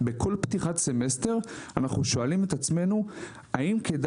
בכל פתיחת סמסטר אנחנו שואלים את עצמנו האם כדאי